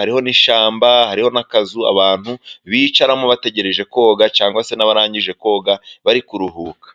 Hariho n’ishyamba, hariho n’akazu abantu bicaramo bategereje koga, cyangwa se n’abarangije koga bari kuruhuka.